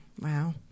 Wow